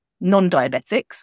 non-diabetics